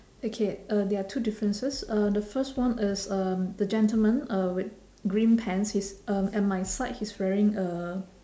okay uh there are two differences uh the first one is um the gentleman uh with green pants he's um at my side he's wearing a